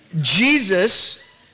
Jesus